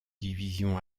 divisions